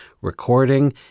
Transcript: recording